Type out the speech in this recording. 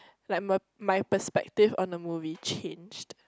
like my my perspective on the movie changed